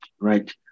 right